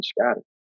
scattered